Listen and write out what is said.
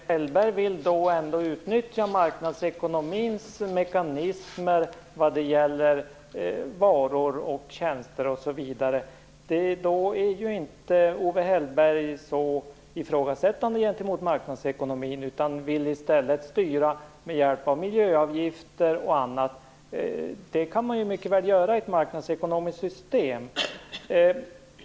Fru talman! Owe Hellberg vill ändå utnyttja marknadsekonomins mekanismer vad gäller varor och tjänster, osv. Då är inte Owe Hellberg så ifrågasättande gentemot marknadsekonomin, utan vill i stället styra med hjälp av miljöavgifter och annat. Det kan man mycket väl göra i ett marknadsekonomiskt system.